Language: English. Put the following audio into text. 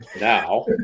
Now